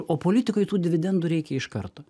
o politikoj tų dividendų reikia iš karto